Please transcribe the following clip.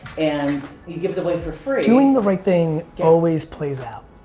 and you give it away for free doing the right thing always plays out.